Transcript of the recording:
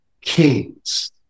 Kings